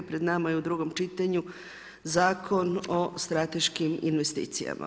Pred nama je u drugom čitanju Zakon o strateškim investicijama.